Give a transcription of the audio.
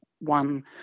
one